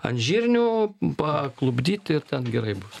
ant žirnių paklupdyti ir ten gerai bus